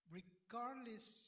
regardless